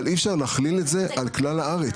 אבל אי אפשר להכליל את זה על כלל הארץ.